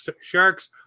Sharks